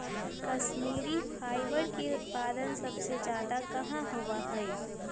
Kashmiri fibre के उत्पादन सबसे ज्यादा कहाँ होबा हई?